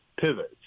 pivots